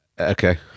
Okay